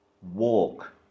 walk